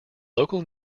local